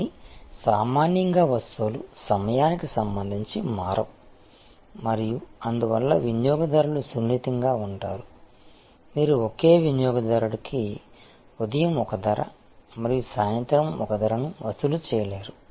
కానీ సామాన్యంగా వస్తువులు సమయానికి సంబంధించి మారవు మరియు అందువల్ల వినియోగదారులు సున్నితంగా ఉంటారు మీరు ఒకే వినియోగదారుడు కి ఉదయం ఒక ధర మరియు సాయంత్రం ఒక ధరను వసూలు చేయలేరు